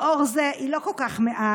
לאור זה, היא לא כל כך מעט.